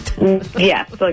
Yes